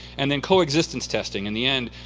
and then coexistence testing. in the end,